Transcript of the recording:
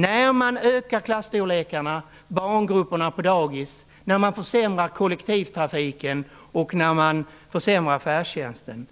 När man ökar klasstorlekarna och barngrupperna på dagis, försämrar kollektivtrafiken och försämrar färdtjänsten